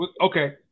okay